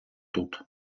тут